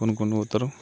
కొనుక్కొని పోతారు